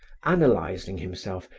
analyzing himself,